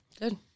Good